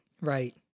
Right